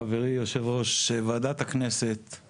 חברי יושב-ראש ועדת הכנסת;